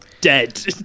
dead